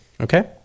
Okay